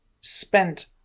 spent